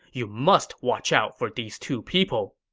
you must watch out for these two people.